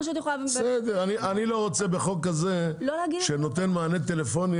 אני לא רוצה בחוק הזה שנותן מענה טלפוני